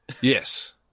Yes